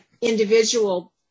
individual